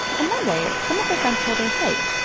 and one day, some of her friends told her, hey,